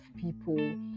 people